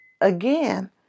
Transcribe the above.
again